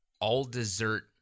all-dessert